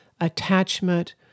attachment